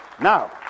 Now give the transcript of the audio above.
Now